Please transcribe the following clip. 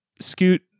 Scoot